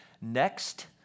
next